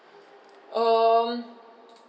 um